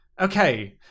Okay